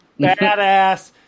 badass